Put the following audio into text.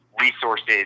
resources